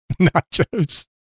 Nachos